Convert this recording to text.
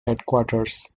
headquarters